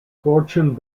fortune